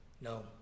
No